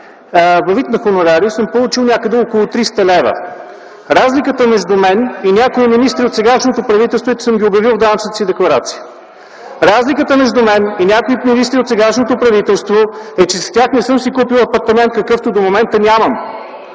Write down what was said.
във вид на хонорари съм получил някъде около 300 лв. Разликата между мен и някои министри от сегашното правителство е, че съм ги обявил в данъчната си декларация. Разликата между мен и някои министри от сегашното правителство е, че с тях не съм си купил апартамент, какъвто до момента нямам.